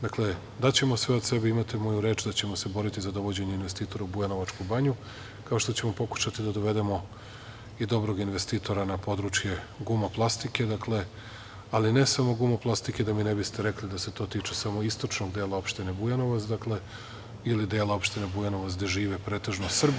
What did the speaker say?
Dakle, daćemo sve od sebe imate moju reč da ćemo se boriti za dovođenje investitora u Bujanovačku banju, kao što ćemo pokušati da dovedemo i dobrog investitora na područje „Guma plastike“, ali ne samo „Guma plastike“, da mi ne biste rekli da se to tiče samo istočnog dela opštine Bujanovac ili dela opštine Bujanovac gde žive pretežno Srbi.